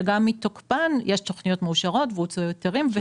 שגם מתוקפן יש תכניות מאושרות והוצאו היתרים.